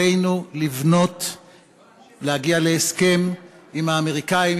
עלינו להגיע להסכם עם האמריקנים,